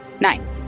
Nine